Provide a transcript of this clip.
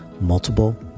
multiple